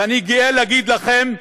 ואני גאה להגיד לכם: